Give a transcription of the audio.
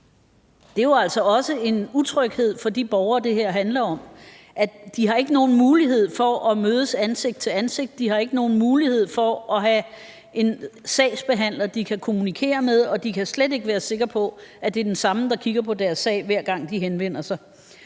Det er jo altså også en utryghed for de borgere, det her handler om, at de ikke har nogen mulighed for at mødes ansigt til ansigt, de har ikke nogen mulighed for at have en sagsbehandler, de kan kommunikere med, og de kan slet ikke være sikker på, at det er den samme, der kigger på deres sag, hver gang de henvender sig.